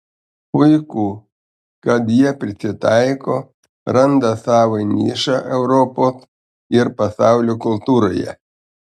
puiku kad jie prisitaiko randa savo nišą europos ir pasaulio kultūroje